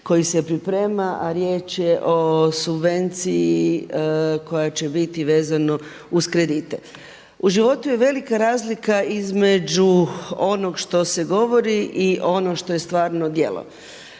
koji se priprema a riječ je o subvenciji koja će biti vezano uz kredite. U životu je velika razlika između onog što se govori i ono što je stvarno djelo.